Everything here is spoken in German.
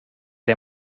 der